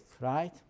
right